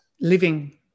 living